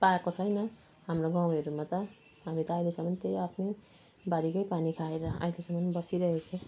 पाएको छैन हाम्रो गाउँहरूमा त हामी त अहिलेसम्म त्यही आफ्नै बारीकै पानी खाएर अहिलेसम्म बसिरहेको छौँ